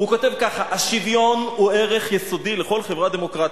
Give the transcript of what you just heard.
הוא כותב ככה: השוויון הוא ערך יסודי לכל חברה דמוקרטית.